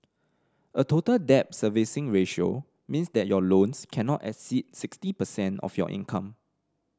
a Total Debt Servicing Ratio means that your loans cannot exceed sixty percent of your income